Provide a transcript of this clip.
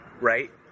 Right